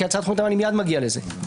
אני מיד מגיע לזה.